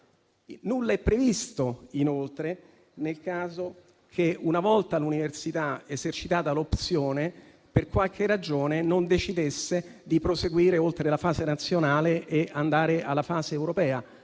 Nulla è previsto, inoltre, nel caso in cui, una volta che l'università abbia esercitato l'opzione, per qualche ragione non decida di proseguire oltre la fase nazionale e andare a quella europea.